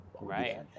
Right